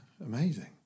amazing